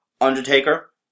Undertaker